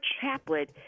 chaplet